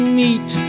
meet